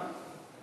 ו"טרה".